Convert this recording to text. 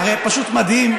הרי פשוט מדהים,